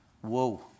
whoa